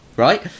Right